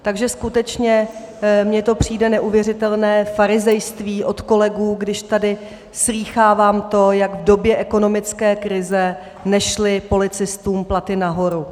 Takže skutečně mně to přijde jako neuvěřitelné farizejství od kolegů, když tady slýchávám to, jak v době ekonomické krize nešly policistům platy nahoru.